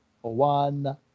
one